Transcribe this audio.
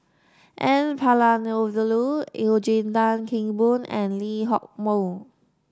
N Palanivelu Eugene Tan Kheng Boon and Lee Hock Moh